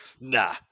nah